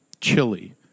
chili